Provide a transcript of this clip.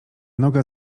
noga